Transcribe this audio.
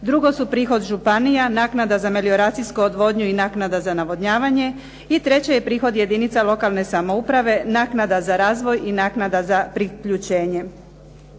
Drugo su prihod županija naknada za melioracijsku odvodnju i naknada za navodnjavanje i treće je prihod jedinica lokalne samouprave, naknada za razvoj i naknada za priključenje.